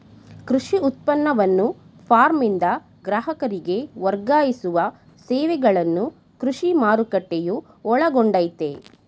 ಕೃಷಿ ಉತ್ಪನ್ನವನ್ನು ಫಾರ್ಮ್ನಿಂದ ಗ್ರಾಹಕರಿಗೆ ವರ್ಗಾಯಿಸುವ ಸೇವೆಗಳನ್ನು ಕೃಷಿ ಮಾರುಕಟ್ಟೆಯು ಒಳಗೊಂಡಯ್ತೇ